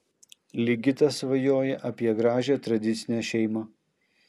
ligitas svajoja apie gražią tradicinę šeimą